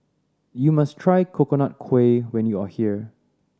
you must try Coconut Kuih when you are here